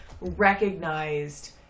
recognized